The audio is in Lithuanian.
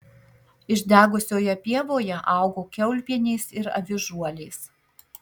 išdegusioje pievoje augo kiaulpienės ir avižuolės